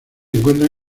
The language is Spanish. encuentra